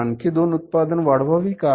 आपण आणखी दोन उत्पादन वाढवावी का